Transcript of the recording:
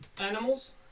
Animals